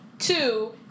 two